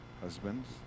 Husbands